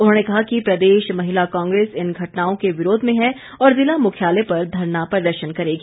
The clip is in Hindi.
उन्होंने कहा कि प्रदेश महिला कांग्रेस इन घटनाओं के विरोध में है और ज़िला मुख्यालय पर धरना प्रदर्शन करेगी